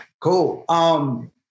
Cool